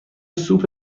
سوپ